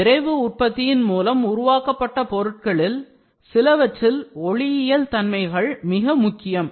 விரைவு உற்பத்தியின் மூலம் உருவாக்கப்பட்ட பொருட்களில் சிலவற்றில் ஒளியியல் தன்மைகள் மிக முக்கியம்